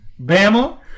Bama